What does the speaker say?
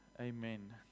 Amen